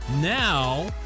Now